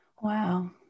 Wow